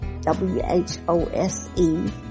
W-H-O-S-E